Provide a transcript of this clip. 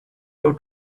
your